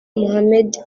mohamed